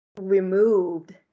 removed